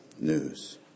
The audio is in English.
news